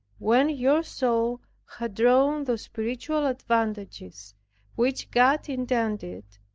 when your soul hath drawn those spiritual advantages which god intended,